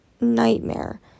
nightmare